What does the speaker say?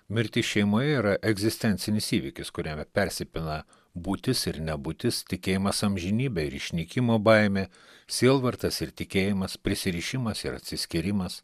mirtis šeimoje yra egzistencinis įvykis kuriame persipina būtis ir nebūtis tikėjimas amžinybe ir išnykimo baimė sielvartas ir tikėjimas prisirišimas ir atsiskyrimas